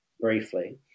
briefly